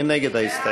מי נגד ההסתייגות?